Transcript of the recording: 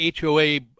HOA